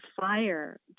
fire